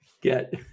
get